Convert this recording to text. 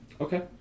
Okay